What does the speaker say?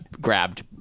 grabbed